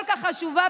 שהיא כל כך חשובה,